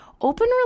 open